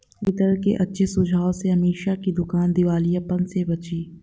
जोगिंदर के अच्छे सुझाव से अमीषा की दुकान दिवालियापन से बची